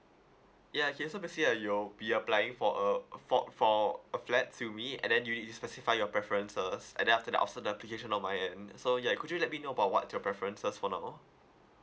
ya okay so basically uh you'll be applying for a for for a flat to me and then you need to specify your preferences and then after that after the application on my end so ya could you let me know about what's your preferences for now